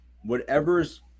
whatever's